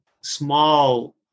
small